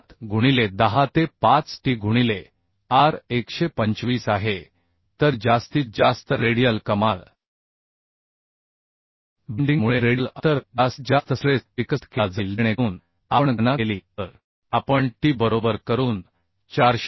87 गुणिले 10 ते 5 t गुणिले r 125 आहे तर जास्तीत जास्त रेडियल कमाल बेंडिंग मुळे रेडियल अंतर जास्तीत जास्त स्ट्रेस विकसित केला जाईल जेणेकरून आपण गणना केली तर आपण t बरोबर करून 455